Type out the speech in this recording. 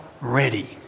ready